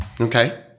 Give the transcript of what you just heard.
Okay